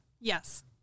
Yes